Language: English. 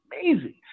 amazing